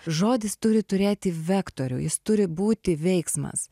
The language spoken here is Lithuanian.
žodis turi turėti vektorių jis turi būti veiksmas